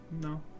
no